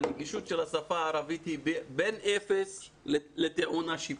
הנגישות של השפה הערבית היא בין אפס לטעונה שיפור.